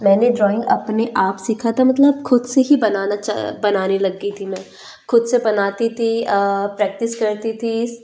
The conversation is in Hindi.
मैंने ड्रॉइंग अपने आप सीखा था मतलब खुद से ही बनाना चा बनाने लग गई थी मैं खुद से बनाती थी प्रैक्टिस करती थी